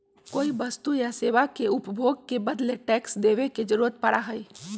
कोई वस्तु या सेवा के उपभोग के बदले टैक्स देवे के जरुरत पड़ा हई